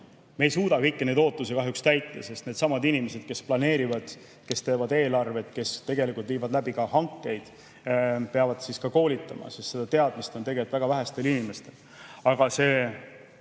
Me ei suuda kõiki neid ootusi kahjuks täita, sest needsamad inimesed, kes planeerivad, kes teevad eelarvet, kes viivad läbi hankeid, peavad ka koolitama, sest seda teadmist on tegelikult väga vähestel inimestel.